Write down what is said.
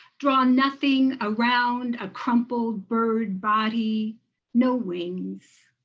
draw nothing around a crumbled bird body no wings.